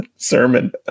sermon